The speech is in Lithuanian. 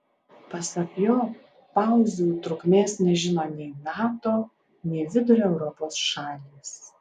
pasak jo pauzių trukmės nežino nei nato nei vidurio europos šalys